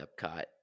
Epcot